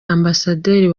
ambasaderi